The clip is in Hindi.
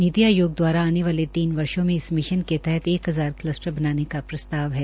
नीति आयोग द्वारा आने वाले तीन वर्षो में इस मिशन के तहत एक हजार कलस्टर बनाने का प्रस्ताव है